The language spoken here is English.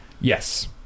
Yes